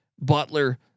Butler